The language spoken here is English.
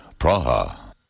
Praha